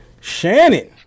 Shannon